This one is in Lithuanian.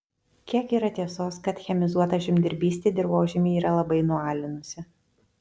kiek yra tiesos kad chemizuota žemdirbystė dirvožemį yra labai nualinusi